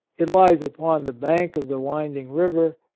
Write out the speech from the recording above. it lies upon the bank of the winding river,